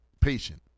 patient